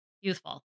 youthful